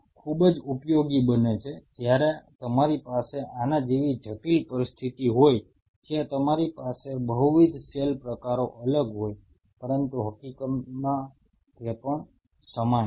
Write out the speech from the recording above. અને આ ખૂબ જ ઉપયોગી બને છે જ્યારે તમારી પાસે આના જેવી જટિલ પરિસ્થિતિ હોય જ્યાં તમારી પાસે બહુવિધ સેલ પ્રકારો અલગ હોય પરંતુ હકીકતમાં તે પણ સમાન છે